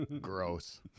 gross